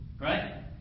Right